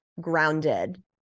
grounded